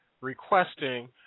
requesting